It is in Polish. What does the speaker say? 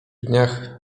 dniach